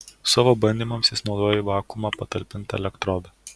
savo bandymams jis naudojo į vakuumą patalpintą elektrodą